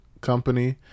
company